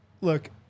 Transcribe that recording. look